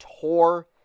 tore